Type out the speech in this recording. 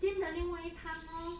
steam 的另外一摊 lor